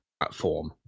platform